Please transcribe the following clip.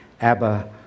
Abba